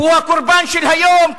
הוא הקורבן של היום,